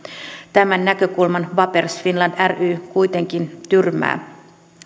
tämän näkökulman vapers finland ry kuitenkin tyrmää